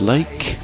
Lake